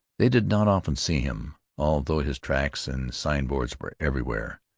they did not often see him although his tracks and sign-boards were everywhere.